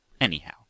anyhow